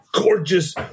gorgeous